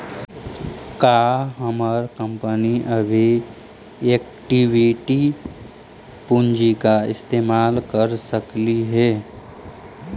का हमर कंपनी अभी इक्विटी पूंजी का इस्तेमाल कर सकलई हे